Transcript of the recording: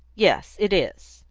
yes, it is,